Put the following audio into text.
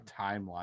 timeline